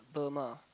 Burma